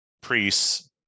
priests